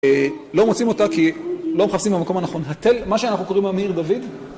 לא מוצאים אותה כי לא מחפשים במקום הנכון. התל, מה שאנחנו קוראים היום עיר דוד...